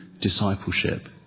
discipleship